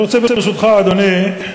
אני רוצה, ברשותך, אדוני,